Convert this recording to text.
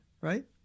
right